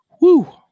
Woo